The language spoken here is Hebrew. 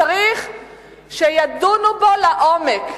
צריך שידונו בו לעומק,